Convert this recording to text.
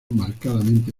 marcadamente